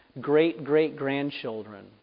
great-great-grandchildren